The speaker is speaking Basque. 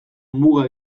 muga